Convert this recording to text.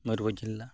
ᱢᱚᱭᱩᱨᱵᱷᱚᱸᱡᱽ ᱡᱮᱞᱟ